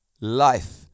Life